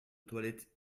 toilette